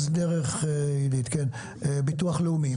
ביטוח לאומי.